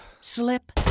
slip